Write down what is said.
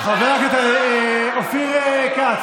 חבר הכנסת אופיר כץ,